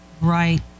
right